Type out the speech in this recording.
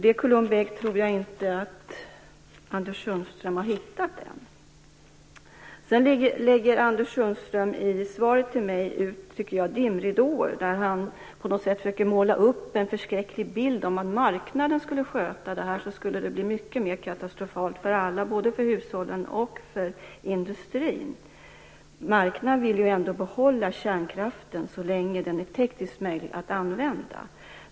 Det Columbi ägg tror jag inte att Anders Sundström har hittat än. Anders Sundström lägger i svaret till mig ut dimridåer, tycker jag. Han försöker på något sätt måla ut en förskräcklig bild och säger att om marknaden skulle sköta det här skulle det bli mycket mer katastrofalt för alla, både hushållen och industrin. Marknaden vill ju ändå behålla kärnkraften så länge den är tekniskt möjlig att använda.